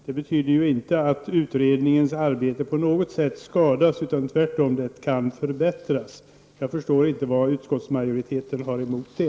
Det betyder inte att utredningens arbete på något sätt skadas, tvärtom kan det förbättras. Jag förstår inte vad utskottsmajoriteten har emot det.